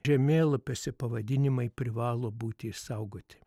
žemėlapiuose pavadinimai privalo būti išsaugoti